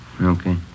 Okay